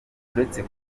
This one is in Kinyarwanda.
uretse